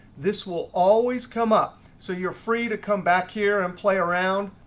this will always come up. so you're free to come back here and play around.